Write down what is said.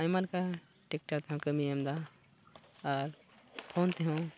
ᱟᱭᱢᱟ ᱞᱮᱠᱟ ᱴᱮᱠᱴᱟᱨ ᱛᱮᱦᱚᱸ ᱠᱟᱹᱢᱤᱭ ᱮᱢᱫᱟ ᱟᱨ ᱯᱷᱳᱱ ᱛᱮᱦᱚᱸ